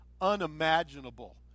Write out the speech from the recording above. unimaginable